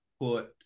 put